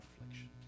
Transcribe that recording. affliction